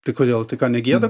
tai kodėl tai ką negieda